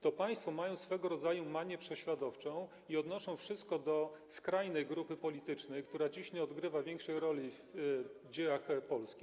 To państwo mają swego rodzaju manię prześladowczą i odnoszą wszystko do skrajnej grupy politycznej, która dziś nie odgrywa większej roli w dziejach Polski.